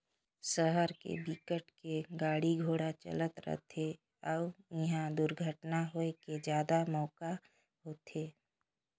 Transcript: सहर के बिकट के गाड़ी घोड़ा चलत रथे अउ इहा दुरघटना होए के जादा मउका होथे